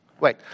Wait